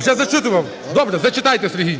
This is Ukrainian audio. Вже зачитував. Добре, зачитайте Сергій.